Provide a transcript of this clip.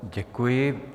Děkuji.